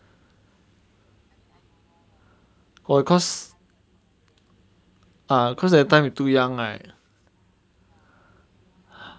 err cause err cause that time you too young right